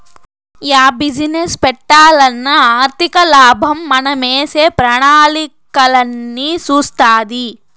yeah business పెట్టాలన్నా ఆర్థికలాభం మనమేసే ప్రణాళికలన్నీ సూస్తాది